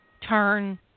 turn